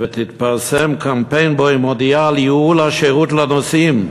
ותפרסם קמפיין שבו היא מודיעה על ייעול השירות לנוסעים.